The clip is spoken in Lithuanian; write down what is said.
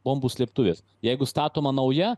bombų slėptuvės jeigu statoma nauja